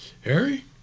Harry